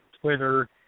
Twitter